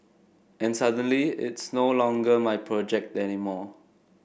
and suddenly it's no longer my project anymore